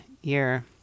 year